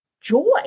joy